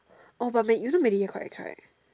oh but med you know media quite ex right